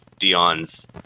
Dion's